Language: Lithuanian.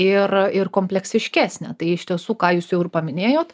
ir ir kompleksiškesnę tai iš tiesų ką jūs jau ir paminėjot